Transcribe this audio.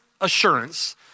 assurance